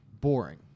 boring